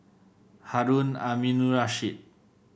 Harun Aminurrashid